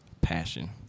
passion